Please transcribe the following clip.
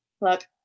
Look